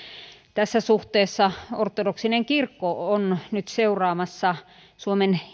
tässä suhteessa ortodoksinen kirkko on nyt seuraamassa suomen